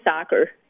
soccer